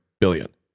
billion